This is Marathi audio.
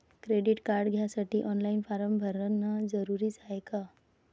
क्रेडिट कार्ड घ्यासाठी ऑनलाईन फारम भरन जरुरीच हाय का?